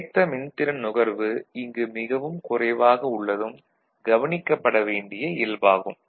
நிலைத்த மின்திறன் நுகர்வு இங்கு மிகவும் குறைவாக உள்ளதும் கவனிக்கப்பட வேண்டிய இயல்பாகும்